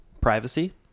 privacy